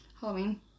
Halloween